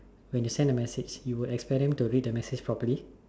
when you send the message you would expect them to read the message properly